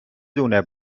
دونه